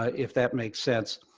ah if that makes sense.